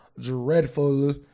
dreadful